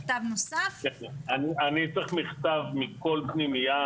אני צריך מכתב מכל פנימייה,